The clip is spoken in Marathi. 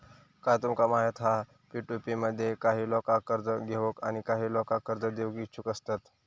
काय तुमका माहित हा पी.टू.पी मध्ये काही लोका कर्ज घेऊक आणि काही लोका कर्ज देऊक इच्छुक असतत